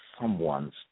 someone's